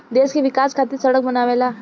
देश के विकाश खातिर सड़क बनावेला